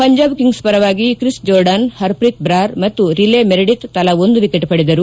Punjab Kings ಪರವಾಗಿ Chris Jordan Harpreet Brar ಮತ್ತು Riley Meredith ತಲಾ ಒಂದು ವಿಕೆಟ್ ಪಡೆದರು